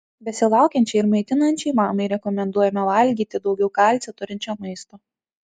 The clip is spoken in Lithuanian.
besilaukiančiai ir maitinančiai mamai rekomenduojama valgyti daugiau kalcio turinčio maisto